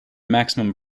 maximum